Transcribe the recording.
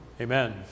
Amen